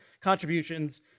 contributions